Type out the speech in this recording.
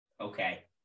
okay